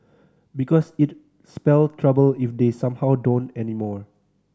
because it'd spell trouble if they somehow don't anymore